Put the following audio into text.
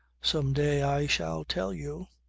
some day i shall tell you.